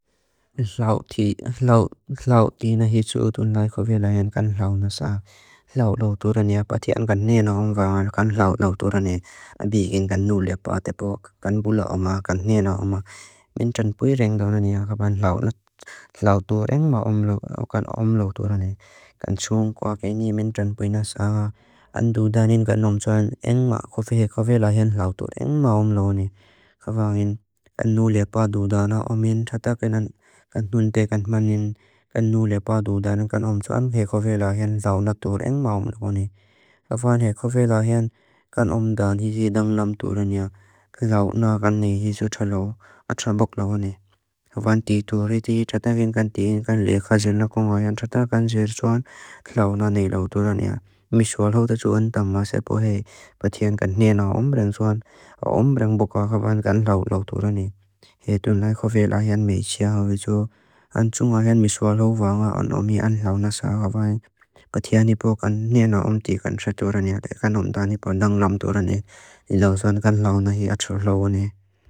Thlauti na hi tsu utun lai kovela hen kan thlau na saa. Thlau thlau thura ni apa ti an kan ne na oma kan thlau thlau thura ni. Abi igin kan nu liapa tepo kan bula oma kan ne na oma. Men tran pui reng dauna ni apa kan thlau thura eng ma om lo thura ni. Kan tsu ng kua ke ngi men tran pui na saa. An du danin kan nom tsua eng ma kovehe kovela hen thlau thura eng ma om lo ni. Kavan he kovela hen kan om dan hi zidang lam thura ni apa thlau na kan ne hi tsu tsa lo atra bok lo ni. Kavan ti thura hi ti tsa tangin kan tingin kan lekha zil na konga hen tsa thlau kan zir thua thlau na nila thura ni apa. Mi tsua lo ta tsua eng tang ma se pohe pa ti an kan ne na oma rang tsua eng oma rang boka kavan kan thlau thlau thura ni. He dun lai kovela hen mi tsua hoi tsua. An tsu nga hen mi tsua lo vawa ang om hi ang thlau na saa kavan. Pa ti an ni boka kan ne na om ti kan thlau thura ni apa kan om da ni boka dang lam thura ni. I lo tsua eng kan thlau na hi atra thlau ni.